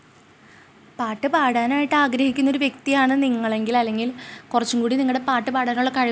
മറ്റുള്ളവരെ നൃത്തം പഠിപ്പിക്കാൻ എനിക്ക് അവസരം ലഭിച്ചിട്ടുണ്ട് ആദ്യമൊക്കെ വീട്ടിൻ്റെ അടുത്തുള്ള കുട്ടികളെ നൃത്തം പഠിപ്പിക്കുമായിരുന്നു